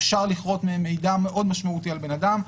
אפשר לכרות מהן מידע מאוד משמעותי על בן אדם.